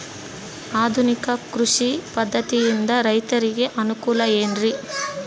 ಆಧುನಿಕ ಕೃಷಿ ಪದ್ಧತಿಯಿಂದ ರೈತರಿಗೆ ಅನುಕೂಲ ಏನ್ರಿ?